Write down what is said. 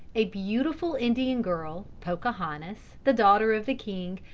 a beautiful indian girl, pocahontas, the daughter of the king,